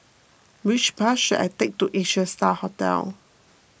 which bus should I take to Asia Star Hotel